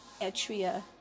Etria